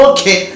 Okay